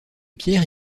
pierre